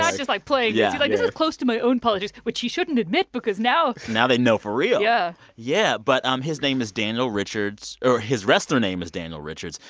yeah just, like, playing yeah he's like, this is close to my own policies, which he shouldn't admit because now. now they know for real yeah yeah. but um his name is daniel richards. or his wrestler name is daniel richards.